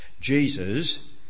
Jesus